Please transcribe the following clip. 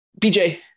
BJ